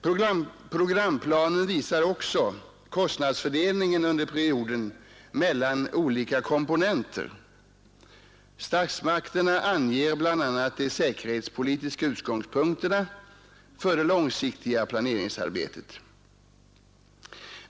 Programplanen visar också kostnadsfördelningen under perioden mellan olika komponenter. Statsmakterna anger bl.a. de säkerhetspolitiska utgångspunkterna för det långsiktiga planeringsarbetet.